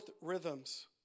rhythms